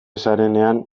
zarenean